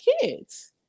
kids